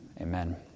Amen